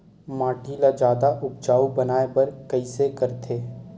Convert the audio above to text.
माटी ला जादा उपजाऊ बनाय बर कइसे करथे?